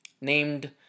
named